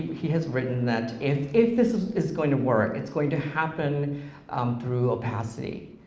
he has written that if if this is is going to work, it's going to happen um through opacity,